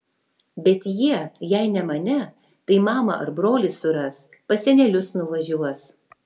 bet jie jei ne mane tai mamą ar brolį suras pas senelius nuvažiuos